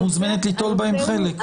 את מוזמנת ליטול בהם חלק.